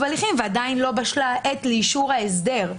הליכים ועדיין לא בשלה העת לאישור ההסדר.